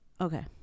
okay